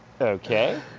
Okay